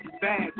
bad